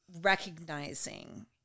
recognizing